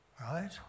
right